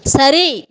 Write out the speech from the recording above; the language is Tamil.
சரி